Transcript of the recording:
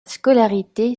scolarité